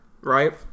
right